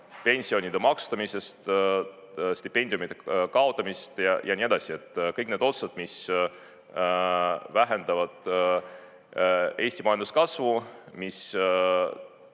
pensionide maksustamisest, stipendiumide kaotamist ja nii edasi, kõik need otsused, mis vähendavad Eesti majanduskasvu, mis